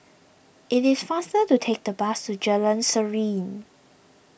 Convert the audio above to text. it is faster to take the bus to Jalan Serene